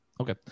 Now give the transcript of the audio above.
Okay